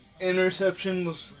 interceptions